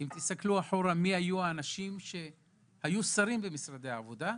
אם תסתכלו, מי היו השרים במשרדי העבודה,